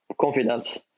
confidence